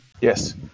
Yes